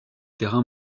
terrain